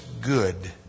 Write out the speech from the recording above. good